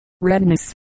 redness